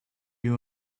you